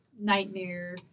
nightmare